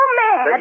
mad